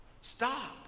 Stop